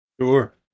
sure